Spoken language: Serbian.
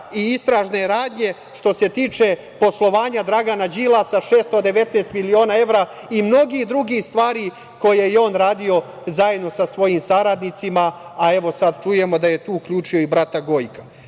i istražne radnje što se tiče poslovanja Dragana Đilasa, 619 miliona evra i mnogih drugih stvari koje je on radio zajedno sa svojim saradnicima. Evo, sad čujemo da je tu uključio i brata Gojka. Isto